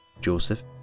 Joseph